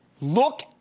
look